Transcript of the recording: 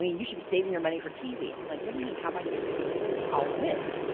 you should be saving your money for tv. and i'm like, what do you mean how am i going to know this is working? i'll win.